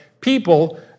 people